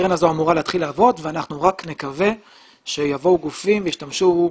הזו אמורה להתחיל לעבוד ואנחנו רק נקווה שיבואו גופים וישתמשו בה.